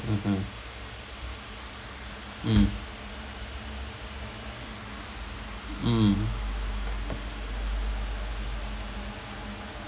mmhmm mm mm